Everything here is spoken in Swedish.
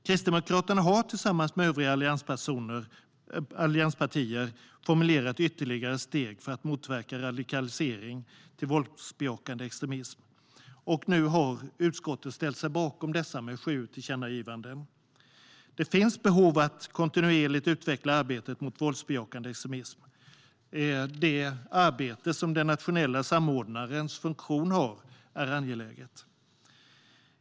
Kristdemokraterna har tillsammans med övriga allianspartier formulerat ytterligare steg för att motverka radikalisering till våldsbejakande extremism. På ett flertal punkter har nu utskottet ställt sig bakom dessa åtgärder i form av sju tillkännagivanden. Det finns behov av att kontinuerligt utveckla arbetet mot våldsbejakande extremism. Det uppdrag som getts åt den nationella samordnarens funktioner är angeläget.